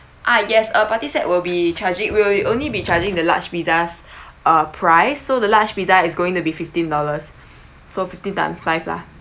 ah yes a party set will be charging we will only be charging the large pizzas uh price so the large pizza is going to be fifteen dollars so fifteen times five lah